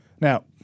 Now